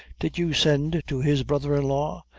did you send to his brother-in-law?